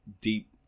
deep